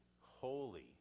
holy